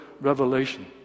Revelation